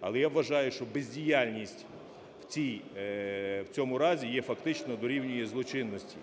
але я вважаю, що бездіяльність в цьому разі є фактично дорівнює злочинності.